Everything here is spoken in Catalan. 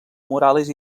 morales